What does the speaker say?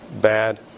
bad